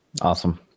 Awesome